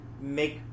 Make